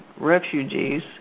refugees